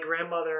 grandmother